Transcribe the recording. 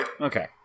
Okay